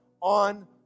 on